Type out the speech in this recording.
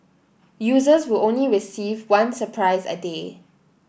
users will only receive one surprise a day